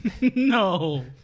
no